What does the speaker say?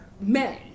men